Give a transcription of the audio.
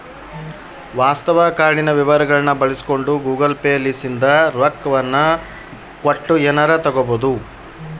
ವಾಸ್ತವ ಕಾರ್ಡಿನ ವಿವರಗಳ್ನ ಬಳಸಿಕೊಂಡು ಗೂಗಲ್ ಪೇ ಲಿಸಿಂದ ರೊಕ್ಕವನ್ನ ಕೊಟ್ಟು ಎನಾರ ತಗಬೊದು